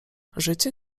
życie